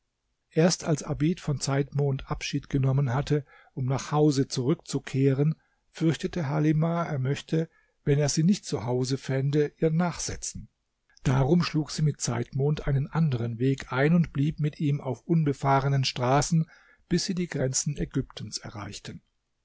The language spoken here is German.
erst als abid von zeitmond abschied genommen hatte um nach hause zurückzukehren fürchtete halimah er möchte wenn er sie nicht zu hause fände ihr nachsetzen darum schlug sie mit zeitmond einen anderen weg ein und blieb mit ihm auf unbefahrenen straßen bis sie die grenzen ägyptens erreichten